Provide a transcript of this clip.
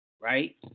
Right